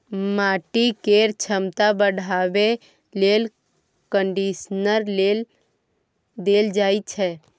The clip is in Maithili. माटि केर छमता बढ़ाबे लेल कंडीशनर देल जाइ छै